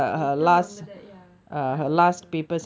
எட்டா ஒன்பதா:ettaa onbathaa ya last paper